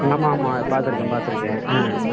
ஆமாம் ஆமாம் பார்த்துருக்கேன் பார்த்துருக்கேன்